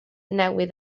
newydd